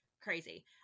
crazy